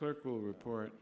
clerk will report